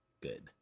good